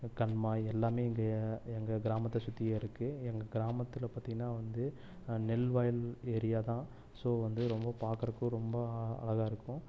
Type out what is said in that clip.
கம்மாய் எல்லாம் எங்கள் எங்கள் கிராமத்தை சுற்றியே இருக்கு எங்கள் கிராமத்தில் பார்த்திங்கன்னா வந்து நெல் வயல் ஏரியா தான் ஸோ வந்து ரொம்ப பாக்கிறதுக்கு ரொம்ப அழகா இருக்கும்